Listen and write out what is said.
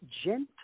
gentle